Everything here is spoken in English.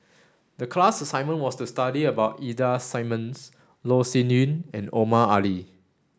the class assignment was to study about Ida Simmons Loh Sin Yun and Omar Ali